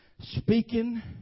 Speaking